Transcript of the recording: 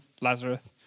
Lazarus